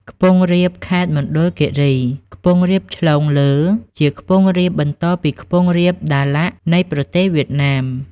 ខ្ពង់រាបខេត្តមណ្ឌលគីរី ខ្ពង់រាបឆ្លងលើ ជាខ្ពង់រាបបន្តពីខ្ពង់រាប ដាឡាក់ នៃប្រទេសវៀតណាម ។